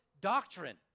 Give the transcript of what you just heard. Doctrine